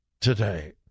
today